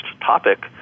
topic